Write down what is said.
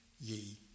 ye